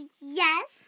Yes